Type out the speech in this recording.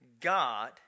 God